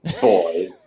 boy